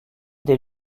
des